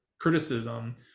criticism